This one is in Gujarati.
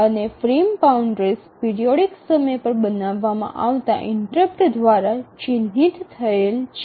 અને ફ્રેમ બાઉન્ડ્રીસ્ પિરિયોડિક સમય પર બનાવવામાં આવતા ઇન્ટરપ્ટ દ્વારા ચિહ્નિત થયેલ છે